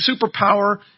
superpower